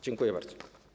Dziękuję bardzo.